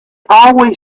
always